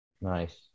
Nice